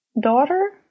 daughter